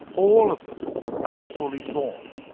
all of them are fully formed.